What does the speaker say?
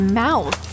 mouth